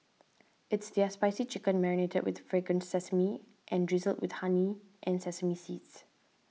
it's their spicy chicken marinated with fragrant sesame and drizzled with honey and sesame seeds